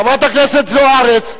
חברת הכנסת זוארץ,